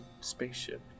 spaceship